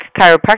Chiropractic